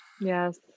Yes